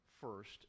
first